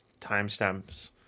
timestamps